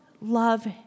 love